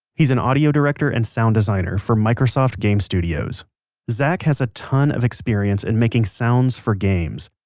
he's an audio director and sound designer for microsoft game studios zach has a ton of experience in making sounds for games.